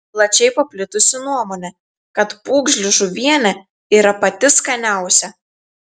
plačiai paplitusi nuomonė kad pūgžlių žuvienė yra pati skaniausia